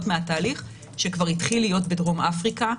מהתהליך שכבר התחיל להיות בדרום אפריקה.